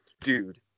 dude